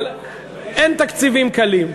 אבל אין תקציבים קלים.